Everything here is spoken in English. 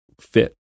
fit